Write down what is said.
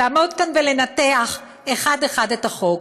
לעמוד כאן ולנתח אחד לאחד את החוק,